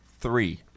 Three